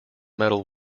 medal